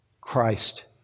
Christ